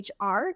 HR